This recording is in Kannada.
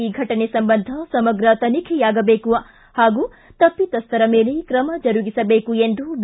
ಈ ಘಟನೆ ಸಂಬಂಧ ಸಮಗ್ರ ತನಿಖೆಯಾಗಬೇಕು ಹಾಗೂ ತಪ್ಪಿತಸ್ವರ ಮೇಲೆ ಕ್ರಮ ಜರುಗಿಸಬೇಕು ಎಂದು ಬಿ